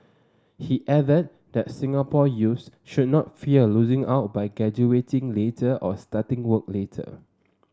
he added that Singapore youths should not fear losing out by graduating later or starting work later